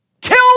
Kill